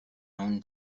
own